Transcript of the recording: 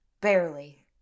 Barely